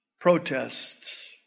protests